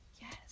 yes